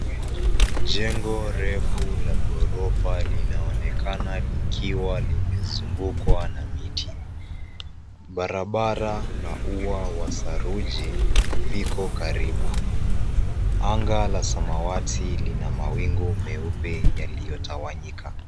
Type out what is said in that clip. Jengo refu la ghorofa linaonekana likiwa limezungukwa na miti. Barabara na ua wa saruji viko karibu. Anga la samwati lina mawingu meupe yaliyotawanyika.